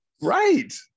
Right